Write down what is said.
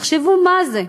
תחשבו מה זה,